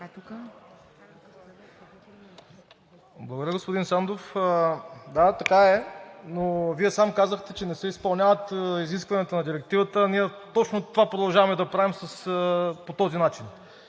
Благодаря, господин Сандов. Да, така е, но Вие сам казахте, че не се изпълняват изискванията на Директивата. Ние точно това продължаваме да правим по този начин,